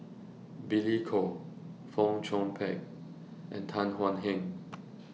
Billy Koh Fong Chong Pik and Tan Thuan Heng